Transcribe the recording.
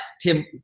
Tim